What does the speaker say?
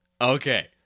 Okay